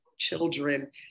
children